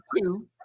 two